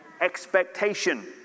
expectation